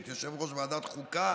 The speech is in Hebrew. את יושב-ראש ועדת החוקה